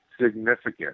significant